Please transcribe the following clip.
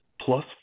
plus